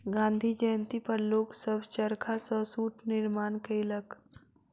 गाँधी जयंती पर लोक सभ चरखा सॅ सूत निर्माण केलक